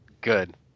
Good